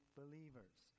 believers